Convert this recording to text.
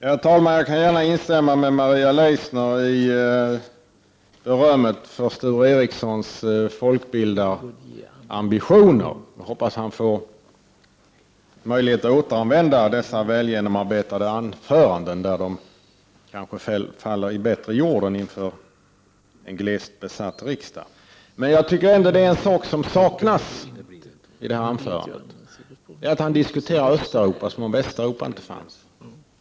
Herr talman! Jag vill gärna instämma med Maria Leissner i berömmet till Sture Ericsons folkbildarambitioner. Jag hoppas han får möjligheter att åter 93 använda dessa välgenomarbetade anföranden där de kanske faller i bättre jord än inför en glest besatt riksdag. Men jag tycker ändå det är en sak som saknas i det här anförandet. Han diskuterar Östeuropa som om Västeuropa inte fanns.